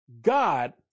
God